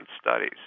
studies